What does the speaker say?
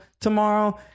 tomorrow